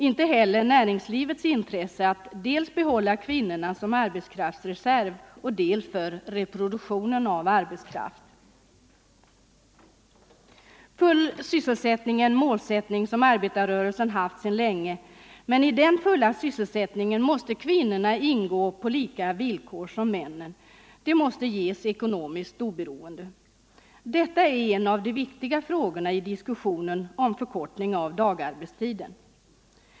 Inte heller kan man godta näringslivets intresse att behålla kvinnorna dels som arbets 179 Full sysselsättning är en målsättning som arbetarrörelsen har haft sedan länge, men i den fulla sysselsättningen måste kvinnorna ingå på lika villkor som männen. De måste ges ekonomiskt oberoende. Detta är en av de viktiga frågorna i diskussionen om förkortning av dagarbetstiden.